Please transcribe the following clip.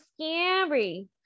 scary